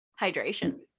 Hydration